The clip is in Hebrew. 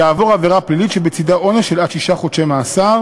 יעבור עבירה פלילית שבצדה עונש עד שישה חודשי מאסר